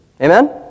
Amen